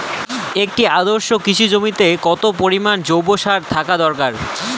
একটি আদর্শ কৃষি জমিতে কত পরিমাণ জৈব সার থাকা দরকার?